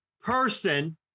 person